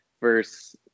versus